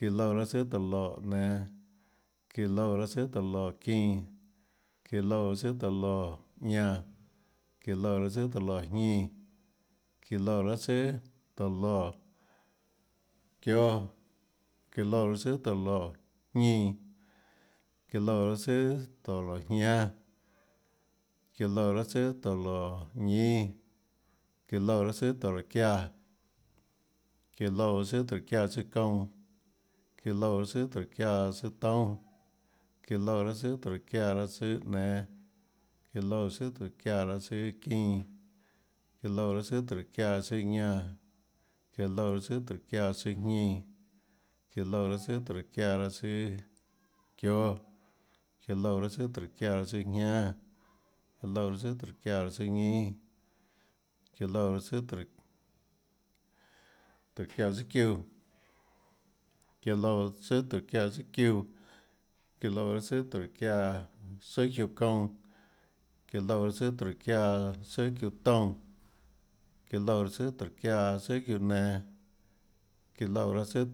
iã loúã raâ tsùà tóå loè nenå, iã loúã raâ tsùà tóå loè çínã, iã loúã raâ tsùà tóå loè ñánã, iã loúã raâ tsùà tóå loèjñínã, iã loúã raâ tsùà tóå loè çióâ, iã loúã raâ tsùà tóå loè jñínã, iã loúã raâ tsùà tóå loèjñánâ, iã loúã raâ tsùà tóå loèñínâ, iã loúã raâ tsùà tóhå çiáã, iã loúã raâ tsùà tóhå çiáã tsùâ çounã, iã loúã raâ tsùà tóhå çiáã tsùâ toúnâ, iã loúã raâ tsùà tóhå çiáã tsùâ nenå, iã loúã raâ tsùà tóhå çiáã raâ tsùâ çínã, iã loúã raâ tsùà tóhå çiáã raâ tsùâ jñánã, iã loúã raâ tsùà tóhå çiáã raâ tsùâ jñínã, iã loúã raâ tsùà tóhå çiáã raâ tsùâ çióâ, iã loúã raâ tsùà tóhå çiáã raâ tsùâ jñánâ, iã loúã raâ tsùà tóhå çiáã raâ tsùâ ñínâ, iã loúã raâ tsùà tóhå tóhå çiáãtsùâ çiúã, iã loúã raâ tsùà tóhåçiáãtsùâ çiúã, iã loúã raâ tsùà tóhåçiáãtsùâ çiúã çounã. iã loúã raâ tsùà tóhåçiáã raâ tsùâ çiúã toúnã, iã loúã raâ tsùà tóhåçiáã raâ tsùâ çiúã nenå, iã loúã raâ tsùà.